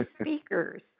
speakers